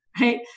right